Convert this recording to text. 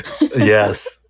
yes